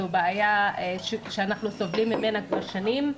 זו בעיה שאנחנו סובלים ממנה כבר שנים.